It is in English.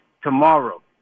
tomorrow